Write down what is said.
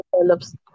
develops